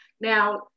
Now